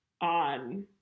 on